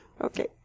Okay